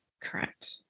Correct